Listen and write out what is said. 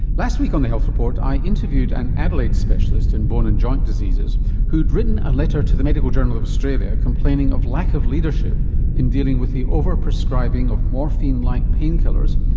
last week on the health report i interviewed an adelaide specialist in bone and joint diseases who'd written a letter to the medical journal of australia complaining of lack of leadership in dealing with the over prescribing of morphine like pain killers,